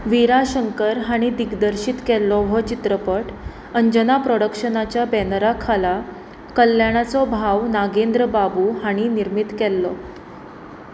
विरा शंकर हांणी दिग्दर्शीत केल्लो हो चित्रपट अंजना प्रोडक्शनाच्या बॅनरा खाला कल्याणाचो भाव नागेंद्र बाबू हांणी निर्मीत केल्लो